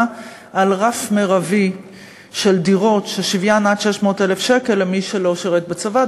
על רף מרבי של דירות ששוויין עד 600,000 שקל למי שלא שירת בצבא,